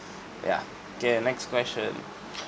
yeah K next question